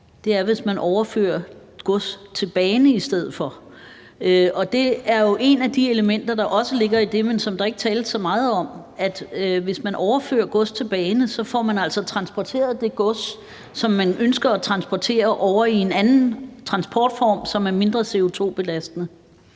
på, er, at man overfører gods til bane i stedet for. Det er jo et af de elementer, der også ligger i det, men som der ikke tales så meget om, altså at hvis man overfører gods til bane, får man altså transporteret det gods, som man ønsker at transportere, ovre i en anden transportform, som er mindre CO2-belastende.